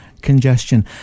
congestion